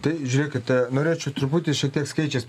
tai žiūrėkite norėčiau truputį šiek skaičiais